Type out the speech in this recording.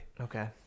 okay